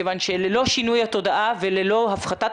כיוון שללא שינוי תודעה וללא הפחתת